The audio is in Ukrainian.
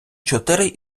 чотири